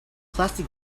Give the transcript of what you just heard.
plastic